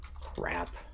crap